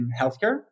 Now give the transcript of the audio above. healthcare